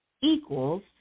equals